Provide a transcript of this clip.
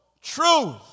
truth